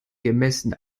gemessen